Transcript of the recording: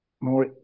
more